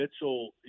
Mitchell